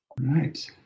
right